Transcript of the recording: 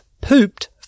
pooped